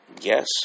Yes